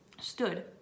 stood